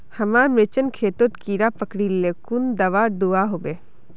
हमार मिर्चन खेतोत कीड़ा पकरिले कुन दाबा दुआहोबे?